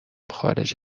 خارج